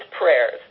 prayers